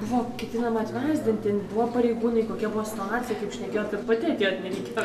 buvo ketinama atvesdinti buvo pareigūnai kokia buvo situacija kaip šnekėjot kad pati atėjot nereikėjo